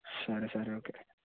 సరే సరే